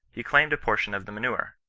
he claimed a portion of the manure.